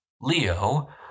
Leo